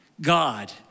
God